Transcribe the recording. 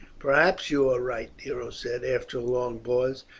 perhaps you are right, nero said, after a long pause.